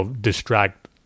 distract